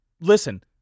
listen